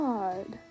God